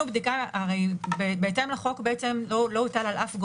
האם זה